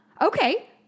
Okay